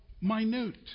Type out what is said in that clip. minute